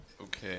Okay